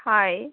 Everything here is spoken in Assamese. হয়